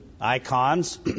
icons